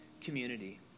community